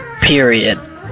period